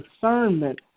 discernment